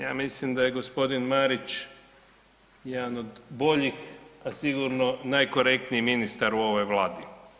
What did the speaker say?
Ja mislim da je gospodin Marić jedan od boljih, a sigurno najkorektniji ministar u ovoj Vladi.